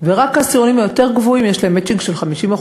ורק העשירונים היותר-גבוהים יש להם מצ'ינג של 50%,